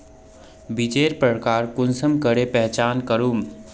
बीजेर प्रकार कुंसम करे पहचान करूम?